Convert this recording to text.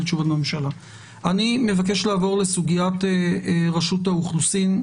אני מבקש לעבור לסוגיית רשות האוכלוסין.